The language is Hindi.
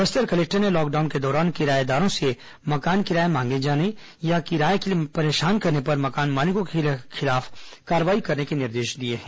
बस्तर कलेक्टर ने लॉकडाउन के दौरान किरायेदारों से मकान किराया मांगे जाने या किराये के लिए परेशान करने पर मकान मालिकों के खिलाफ कार्रवाई करने के निर्देश दिए हैं